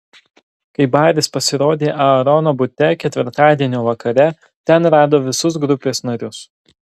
kai baris pasirodė aarono bute ketvirtadienio vakare ten rado visus grupės narius